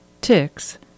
ticks